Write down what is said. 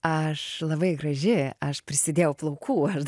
aš labai graži aš prisidėjau plaukų aš